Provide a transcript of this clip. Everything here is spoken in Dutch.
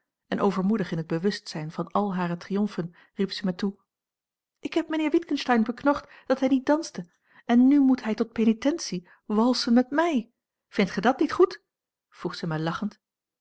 en overmoedig in het bewustzijn van al hare triomfen riep zij mij toe ik heb mijnheer witgensteyn beknord dat hij niet danste en nu moet hij tot penitentie walsen met mij vindt gij dat niet goed vroeg zij mij lachend